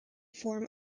form